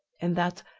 and that,